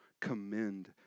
commend